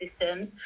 systems